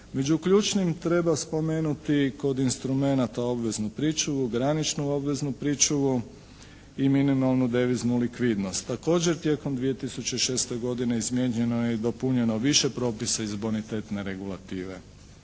Među ključnim treba spomenuti kod instrumenata obveznu pričuvu, graničnu obveznu pričuvu i minimalnu deviznu likvidnost. Također tijekom 2006. godine izmijenjeno je i dopunjeno više propisa iz bonitetne regulative.